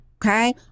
Okay